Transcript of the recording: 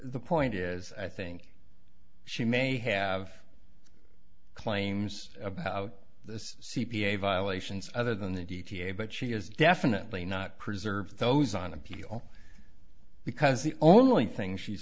the point is i think she may have claims about the c p a violations other than the d t a but she is definitely not preserve those on appeal because the only thing she's